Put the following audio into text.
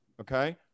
okay